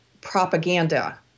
propaganda